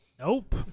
Nope